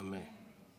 אמן.